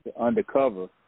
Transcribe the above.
undercover